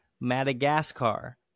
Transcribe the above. Madagascar